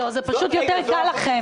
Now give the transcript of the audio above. לא, זה פשוט יותר קל לכם.